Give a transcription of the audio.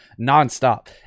nonstop